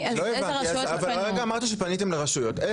אבל הרגע אמרת שפנית לרשויות.